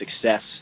success